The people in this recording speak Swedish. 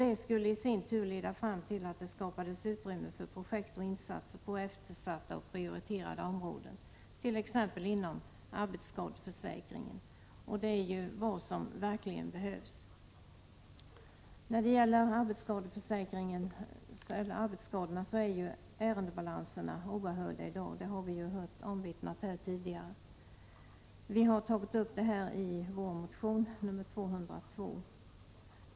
Det skulle i sin tur leda fram till att det skapades utrymme för projekt och insatser på eftersatta och prioriterade områden, t.ex. inom arbetsskadeförsäkringen. Det är ju vad som verkligen behövs. När det gäller arbetsskadorna är ärendebalanserna oerhört stora för närvarande; det har vi ju hört omvittnas här tidigare. Vi har tagit upp detta i vår motion Sf202.